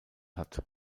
hat